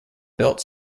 built